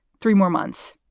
three more months.